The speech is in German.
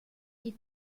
die